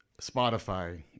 Spotify